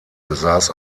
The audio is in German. besaß